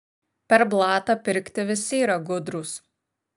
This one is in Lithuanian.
per blatą pirkti visi yra gudrūs